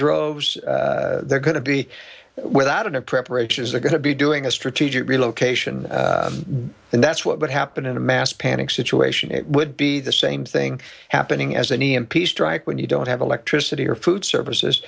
droves they're going to be without in a preparations they're going to be doing a strategic relocation and that's what would happen in a mass panic situation it would be the same thing happening as an e m p strike when you don't have electricity or food services